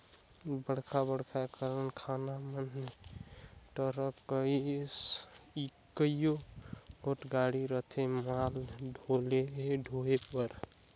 बड़खा बड़खा कारखाना मन में टरक कस कइयो गोट गाड़ी रहथें माल डोहे बर